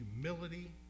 humility